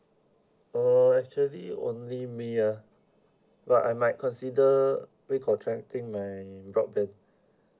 oh actually only me ah but I might consider recontracting my broadband